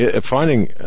finding